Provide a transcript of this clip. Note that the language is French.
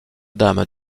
dame